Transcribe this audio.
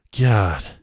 God